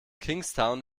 kingstown